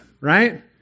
right